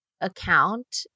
account